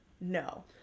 No